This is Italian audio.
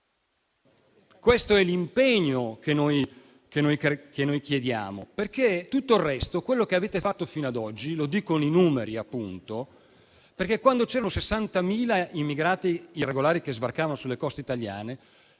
Questo è l'impegno che noi chiediamo perché tutto il resto, quello che avete fatto fino a oggi, ce lo dicono i numeri. Quando c'erano 60.000 immigrati irregolari che sbarcavano sulle coste italiane,